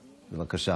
בבקשה.